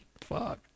fuck